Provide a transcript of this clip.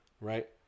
right